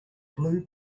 blue